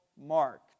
Mark